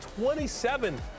27